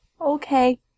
Okay